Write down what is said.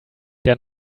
der